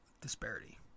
disparity